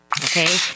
Okay